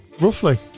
Roughly